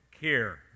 care